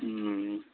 ও